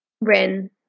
Rin